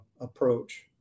approach